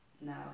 No